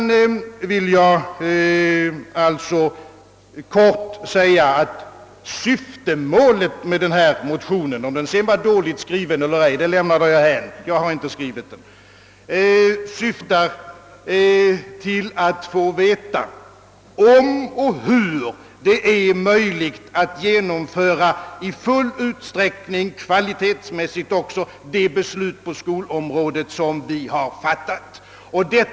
Låt mig vidare helt kort framhålla, att syftet med föreliggande motion — huruvida denna är dåligt skriven eller ej lämnar jag därhän; det är inte jag som skrivit den — är att få reda på om och hur det är möjligt att i full utsträckning — även kvalitetsmässigt — genomföra de beslut som vi fattat på skolområdet.